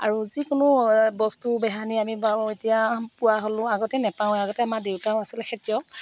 আৰু যিকোনো বস্তু বেহানি আমি বাৰু এতিয়া পোৱা হ'লোঁ আগতে নেপাওঁৱে আগতে আমাৰ দেউতাও আছিল খেতিয়ক